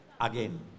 Again